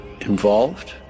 involved